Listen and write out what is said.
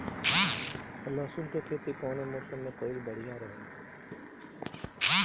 लहसुन क खेती कवने मौसम में कइल बढ़िया रही?